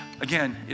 Again